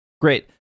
Great